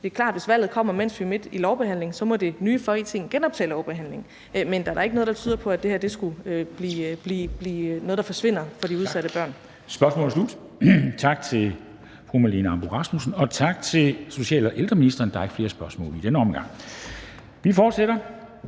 Det er klart, at hvis valget kommer, mens vi er midt i lovbehandlingen, må det nye Folketing genoptage lovbehandlingen, men der er da ikke noget, der tyder på, at det her skulle blive noget, der forsvinder for de udsatte børn. Kl. 13:52 Formanden (Henrik Dam Kristensen): Tak. Spørgsmålet er slut. Tak til fru Marlene Ambo-Rasmussen, og tak til social- og ældreministeren. Der er ikke flere spørgsmål i denne omgang. Vi fortsætter